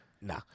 No